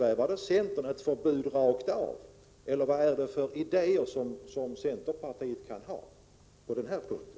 Är det ett förbud över hela linjen, eller vad är det för idéer som centerpartiet kan ha på den här punkten?